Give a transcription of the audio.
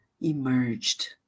emerged